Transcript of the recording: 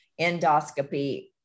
endoscopy